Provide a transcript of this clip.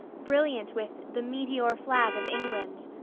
brilliant with the meteor flag of england.